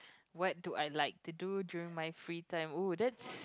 what do I like to do during my free time oh that's